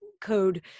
code